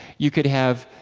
you could have